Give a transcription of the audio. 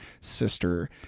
Sister